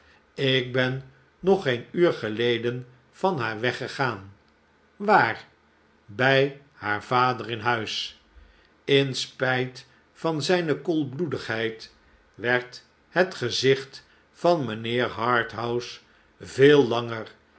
ik ben nog geenuur geleden van haar weggegaan waar bij haar vader in huis in spijt van zijne koelbloedigheid werd het gezicht van mijnheer harthouse veel langer